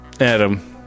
Adam